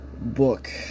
book